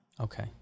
Okay